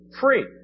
free